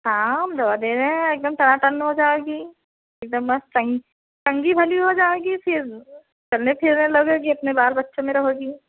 हाँ हम दवा दे रहें हैं एकदम टनाटन हो जाओगी एकदम मस्त चं चंगी भली हो जाओगी फ़िर चलने फिरने लगोगी अपने बाल बच्चों में रहोगी